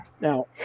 Now